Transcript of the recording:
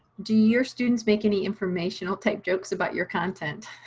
do your students make any informational type jokes about your content.